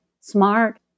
smart